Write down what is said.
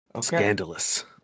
Scandalous